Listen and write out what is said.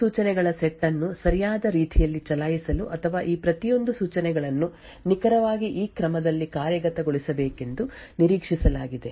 ಈ ಸೂಚನೆಗಳ ಸೆಟ್ ಅನ್ನು ಸರಿಯಾದ ರೀತಿಯಲ್ಲಿ ಚಲಾಯಿಸಲು ಅಥವಾ ಈ ಪ್ರತಿಯೊಂದು ಸೂಚನೆಗಳನ್ನು ನಿಖರವಾಗಿ ಈ ಕ್ರಮದಲ್ಲಿ ಕಾರ್ಯಗತಗೊಳಿಸಬೇಕೆಂದು ನಿರೀಕ್ಷಿಸಲಾಗಿದೆ